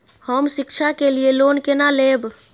हम शिक्षा के लिए लोन केना लैब?